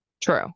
true